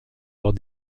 hors